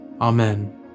Amen